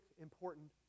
important